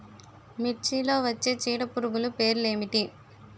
మిర్చిలో వచ్చే చీడపురుగులు పేర్లు ఏమిటి?